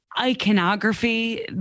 iconography